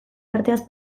arteaz